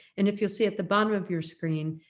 and if you'll see at the bottom of your screen,